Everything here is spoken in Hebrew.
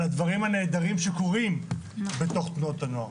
הדברים הנהדרים שקורים בתנועות הנוער.